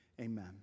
Amen